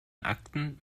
akten